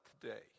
Today